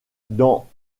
dans